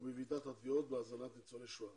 ובוועדת התביעות בהזנת ניצולי שואה.